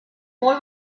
boy